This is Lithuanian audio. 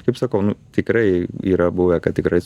kaip sakau nu tikrai yra buvę kad tikrai